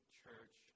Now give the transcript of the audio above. church